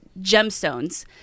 gemstones